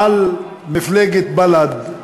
על מפלגת בל"ד,